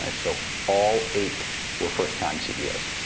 and so all eight were first time ceos.